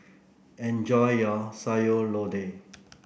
enjoy your Sayur Lodeh